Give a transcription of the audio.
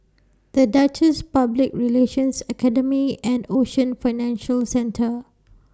The Duchess Public Relations Academy and Ocean Financial Centre